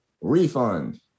Refund